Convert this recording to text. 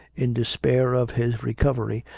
in despair of his recovery,